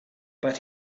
but